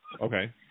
Okay